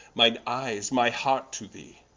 mine eyes, my heart to thee,